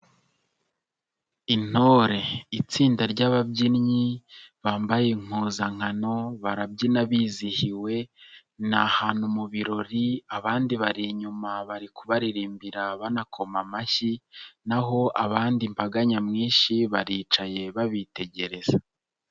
Intore; itsinda ry'ababyinnyi bambaye impuzankano barabyina bizihiwe ni ahantu mu birori abandi bari inyuma bari kubaririmbira banakoma amashyi naho abandi imbaga nyamwinshi baricaye babitegereza.